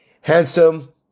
handsome